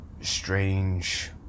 strange